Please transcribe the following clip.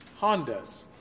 Hondas